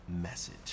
message